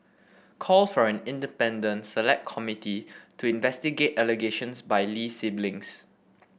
calls for an independent select committee to investigate allegations by Lee siblings